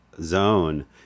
zone